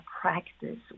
practice